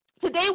Today